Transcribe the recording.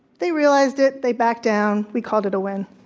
they realized it, they backed down. we called it a win.